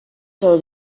stato